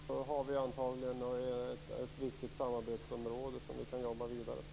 Fru talman! Jag vill säga tack. Vi har ett viktigt samarbetsområde som vi kan jobba vidare på.